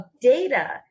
data